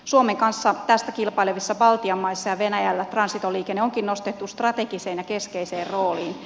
suomen kanssa tästä kilpailevissa baltian maissa ja venäjällä transitoliikenne onkin nostettu strategiseen ja keskeiseen rooliin